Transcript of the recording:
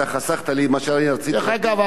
אתה חסכת לי מה שאני רציתי לומר.